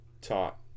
taught